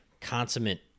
consummate